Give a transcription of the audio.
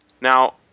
Now